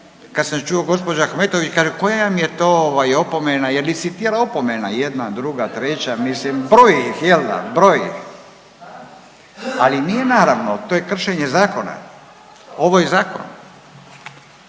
kad sam čuo gospođu Ahmetović kaže koja mi je to opomena je licitira opomena jedna, druga, treća misli broji ih jel da, broji. Ali nije naravno to je kršenje zakona, ovo je zakon,